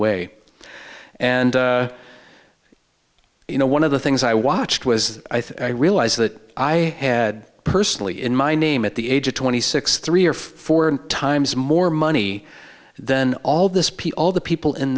way and you know one of the things i watched was i thought i realized that i had personally in my name at the age of twenty six three or four times more money than all of this pee all the people in